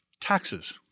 taxes